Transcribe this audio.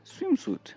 swimsuit